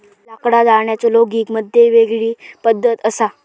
लाकडा जाळण्याचो लोगिग मध्ये वेगळी पद्धत असा